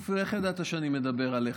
אופיר, איך ידעת שאני מדבר עליך?